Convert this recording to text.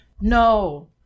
no